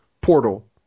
Portal